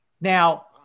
now